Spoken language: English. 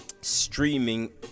streaming